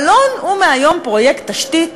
מהיום מלון הוא פרויקט תשתית,